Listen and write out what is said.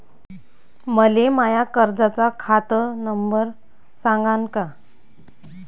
मले माया कर्जाचा खात नंबर सांगान का?